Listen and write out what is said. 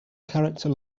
character